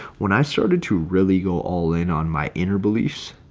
when i started to really go all in on my inner beliefs.